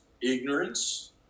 ignorance